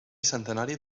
centenari